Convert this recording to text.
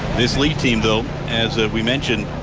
this lee team though, as we mentioned,